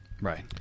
right